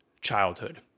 childhood